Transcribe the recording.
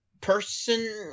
person